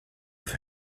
have